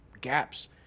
gaps